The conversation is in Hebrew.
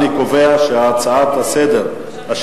אני קובע שההצעות לסדר-היום,